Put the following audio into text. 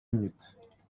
minutes